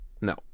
No